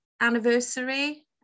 anniversary